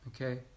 Okay